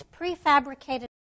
prefabricated